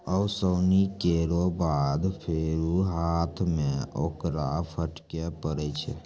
ओसौनी केरो बाद फेरु हाथ सें ओकरा फटके परै छै